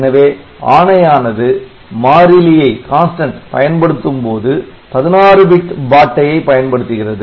எனவே ஆணையானது மாறிலியை பயன்படுத்தும் போது 16 பிட் பாட்டையை பயன்படுத்துகிறது